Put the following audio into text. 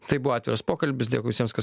tai buvo atviras pokalbis dėkui visiems kas